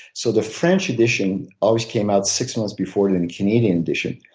so the french edition always came out six months before the and canadian edition.